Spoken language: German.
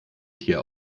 tier